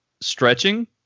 stretching